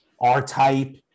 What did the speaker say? R-Type